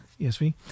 ESV